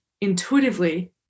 intuitively